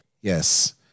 Yes